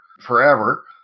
forever